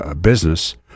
business